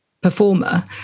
performer